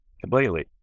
completely